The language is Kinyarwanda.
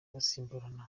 basimburana